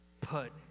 put